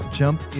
jump